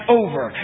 over